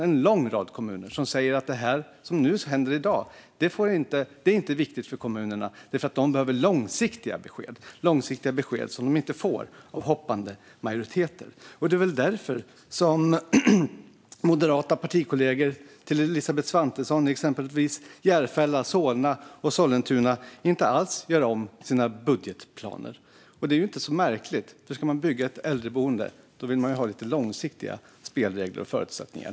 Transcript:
En lång rad kommuner säger att det som händer i dag inte är viktigt för dem eftersom de behöver långsiktiga besked, vilket de inte får av hoppande majoriteter. Det är väl därför partikollegor till Elisabeth Svantesson i exempelvis Järfälla, Solna och Sollentuna inte gör om sina budgetplaner. Det är ju inte så märkligt, för ska man bygga ett äldreboende vill man ha långsiktiga spelregler och förutsättningar.